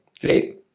great